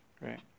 Right